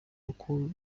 рукою